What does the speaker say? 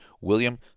William